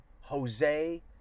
Jose